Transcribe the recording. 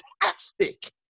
fantastic